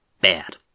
bad